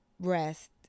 rest